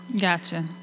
Gotcha